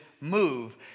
move